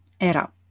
ERA